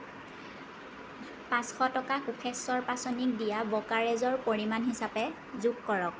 পাঁচশ টকা কোষেশ্বৰ পাচনিক দিয়া ব্ৰ'কাৰেজৰ পৰিমাণ হিচাপে যোগ কৰক